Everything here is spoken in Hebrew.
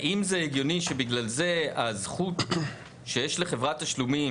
האם זה הגיוני שבגלל זה הזכות שיש לחברת תשלומים